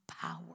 power